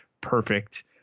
perfect